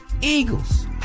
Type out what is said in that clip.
Eagles